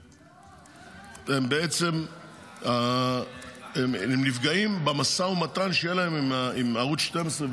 הם בעצם נפגעים במשא ומתן שיהיה להם עם ערוץ 12,